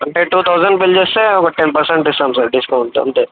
అంటే two thousand bill చేస్తే ఒక టెన్ పెర్సెంట్ ఇస్తాం సార్ డిస్కౌంట్ అంతే